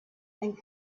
and